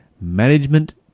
management